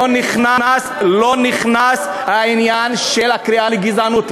לא נכנס העניין של הקריאה לגזענות?